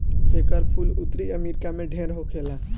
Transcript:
एकर फूल उत्तरी अमेरिका में ढेर होखेला